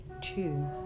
two